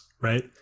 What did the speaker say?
right